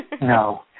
No